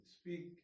Speak